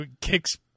kicks